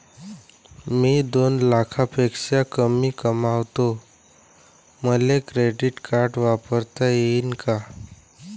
मी दोन लाखापेक्षा कमी कमावतो, मले क्रेडिट कार्ड वापरता येईन का?